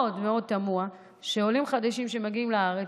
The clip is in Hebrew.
מאוד תמוה שעולים חדשים שמגיעים לארץ,